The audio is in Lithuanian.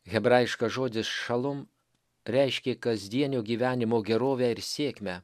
hebrajiškas žodis šalom reiškė kasdienio gyvenimo gerovę ir sėkmę